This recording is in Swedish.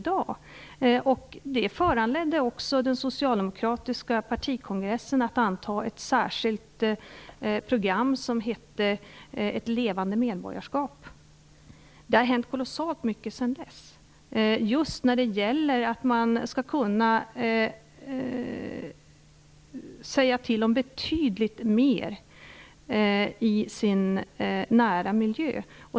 Detta föranledde den socialdemokratiska partikongressen att anta ett särskilt program, Ett levande medborgarskap. Kolossalt mycket har hänt sedan dess just när det gäller att man skall kunna säga till om betydligt mer i sin nära miljö.